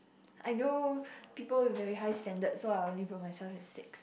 I know people with very high standard so I only put myself at six